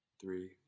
Three